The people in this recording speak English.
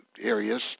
areas